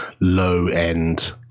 low-end